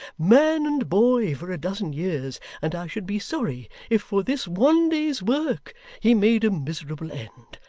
man and boy, for a dozen years, and i should be sorry if for this one day's work he made a miserable end.